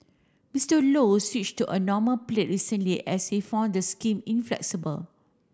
Mister Low switched to a normal plate recently as he found the scheme inflexible